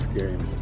game